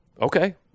Okay